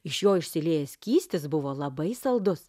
iš jo išsiliejęs skystis buvo labai saldus